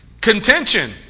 contention